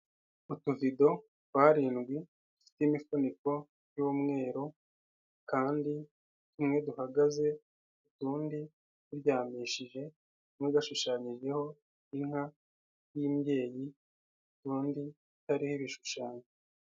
Utuvido tw'arindwi dufite imifuniko y'umweru kandi tumwe duhagaze utundi turyamishije, kamwe gashushanyijeho inka y'imbyeyi utundi hariho ibishushanyo.